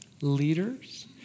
leaders